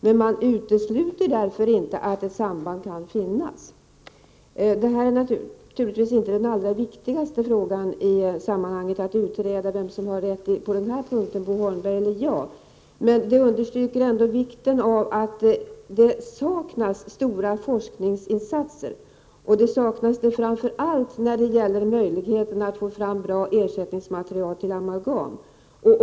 Men man utesluter därför inte att ett samband kan finnas. I detta sammanhang är naturligtvis inte den allra viktigaste frågan att utreda vem som har rätt på denna punkt, Bo Holmberg eller jag, men det här visar ändå att det saknas stora forskningsinsatser, framför allt när det gäller att få fram bra ersättningsmaterial till amalgam.